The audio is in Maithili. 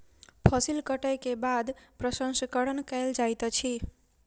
फसिल कटै के बाद प्रसंस्करण कयल जाइत अछि